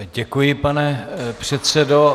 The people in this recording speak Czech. Děkuji, pane předsedo.